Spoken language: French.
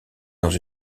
dans